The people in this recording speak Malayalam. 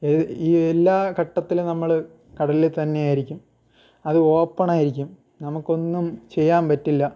ഈ എല്ലാ ഘട്ടത്തിലും നമ്മൾ കടലിൽ തന്നെ ആയിരിക്കും അത് ഓപ്പണായിരിക്കും നമുക്കൊന്നും ചെയ്യാൻ പറ്റില്ല